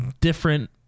different